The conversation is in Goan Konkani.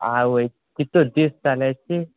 आवय कितोल दीस जाले शी